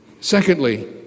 Secondly